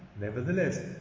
nevertheless